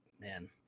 man